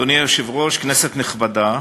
אדוני היושב-ראש, כנסת נכבדה,